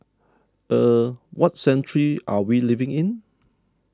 er what century are we living in